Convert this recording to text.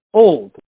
Old